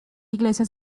iglesia